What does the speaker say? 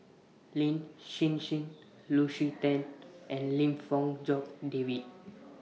Lin Hsin Hsin Lucy Tan and Lim Fong Jock David